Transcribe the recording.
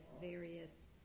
various